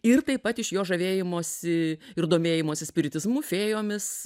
ir taip pat iš jo žavėjimosi ir domėjimosi spiritizmu fėjomis